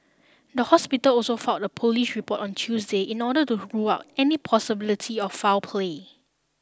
the hospital also filed a police report on Tuesday in order to rule out any possibility of foul play